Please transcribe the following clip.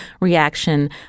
reaction